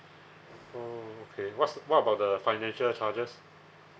oh okay what's what about the financial charges